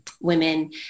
women